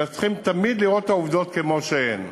אלא צריכים תמיד לראות את העובדות כמו שהן.